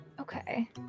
okay